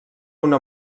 una